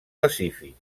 pacífic